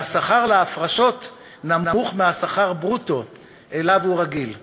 שהשכר להפרשות נמוך מהשכר ברוטו שהוא רגיל אליו.